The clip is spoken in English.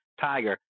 Tiger